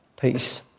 peace